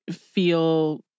feel